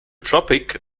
tropic